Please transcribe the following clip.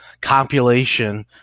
compilation